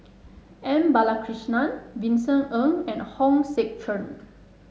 M Balakrishnan Vincent Ng and Hong Sek Chern